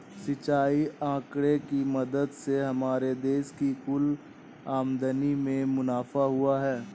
सिंचाई आंकड़े की मदद से हमारे देश की कुल आमदनी में मुनाफा हुआ है